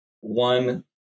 one